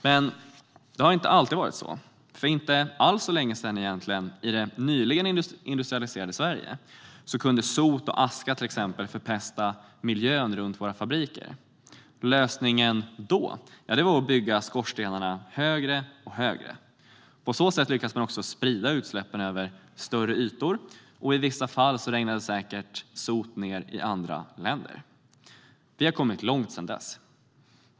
Men det har inte alltid varit så. För inte alls så länge sedan, i det nyligen industrialiserade Sverige, kunde sot och aska förpesta miljön runt våra fabriker. Lösningen då var att bygga skorstenarna högre och högre. På så sätt lyckades man sprida utsläppen över större ytor - och i vissa fall regnade säkert sot ned i andra länder. Vi har kommit långt sedan dess.